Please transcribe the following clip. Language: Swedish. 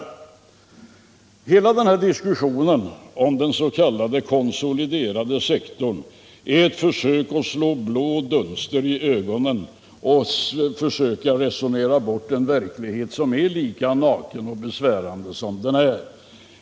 Hela denna diskussion om den s.k. konsoliderade sektorn är således ett försök att slå blå dunster i ögonen på folk och resonera bort den verklighet som är lika naken och besvärande som den framstår.